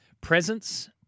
Presence